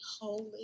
holy